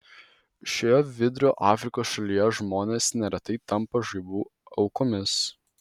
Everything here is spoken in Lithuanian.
šioje vidurio afrikos šalyje žmonės neretai tampa žaibų aukomis